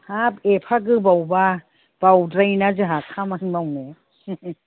हाब एफा गोबावब्ला बावद्रायोना जोंहा खामानि मावनो